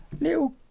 little